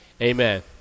Amen